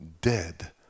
dead